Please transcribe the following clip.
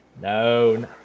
No